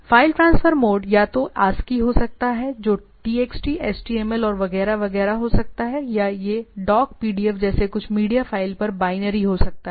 file transfer mode या तो ASCII हो सकता है जो txt html और वगैरह वगैरह हो सकता है या यह doc pdf जैसे कुछ मीडिया फाइल पर बाइनरी हो सकता है